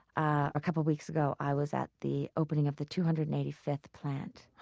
a couple of weeks ago, i was at the opening of the two hundred and eighty fifth plant,